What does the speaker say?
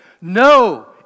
no